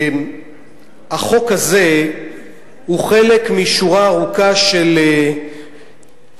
החוק הזה הוא חלק משורה ארוכה של חוקים